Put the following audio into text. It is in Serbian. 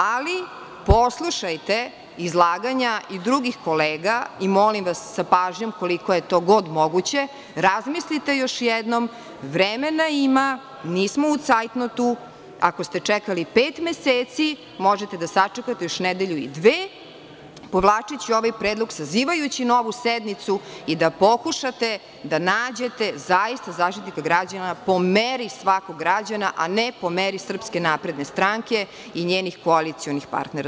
Ali, poslušajte izlaganja i drugih kolega i molim vas sa pažnjom, koliko je to god moguće, razmislite još jednom, vremena ima, nismo u cajtnotu, ako ste čekali pet meseci, možete da sačekate još nedelju i dve, povlačeći ovaj predlog, sazivajući novu sednicu i da pokušate da nađete zaista Zaštitnika građana po meri svakog građana, a ne po meri SNS i njenih koalicionih partnera.